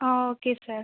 ah okay sir